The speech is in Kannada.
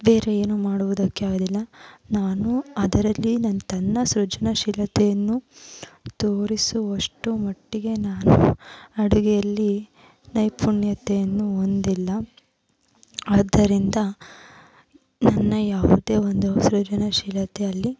ಬೇರೇನೂ ಮಾಡುವುದಕ್ಕೆ ಆಗುವುದಿಲ್ಲ ನಾನು ಅದರಲ್ಲಿ ತನ್ನ ಸೃಜನಶೀಲತೆಯನ್ನು ತೋರಿಸುವಷ್ಟು ಮಟ್ಟಿಗೆ ನಾನು ಅಡಿಗೆಯಲ್ಲಿ ನೈಪುಣ್ಯತೆಯನ್ನು ಹೊಂದಿಲ್ಲ ಆದ್ದರಿಂದ ನನ್ನ ಯಾವುದೇ ಒಂದು ಸೃಜನಶೀಲತೆ ಅಲ್ಲಿ